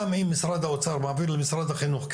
גם אם משרד האוצר מעביר למשרד החינוך כסף,